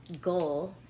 goal